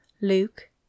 Luke